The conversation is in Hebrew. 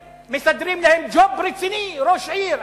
שמסדרים להם ג'וב רציני של ראש עיר.